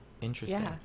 Interesting